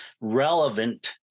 relevant